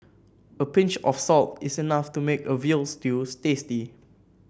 a pinch of salt is enough to make a veal stew tasty